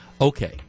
Okay